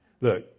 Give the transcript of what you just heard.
Look